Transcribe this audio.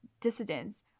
dissidents